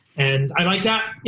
and i like that.